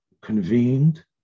convened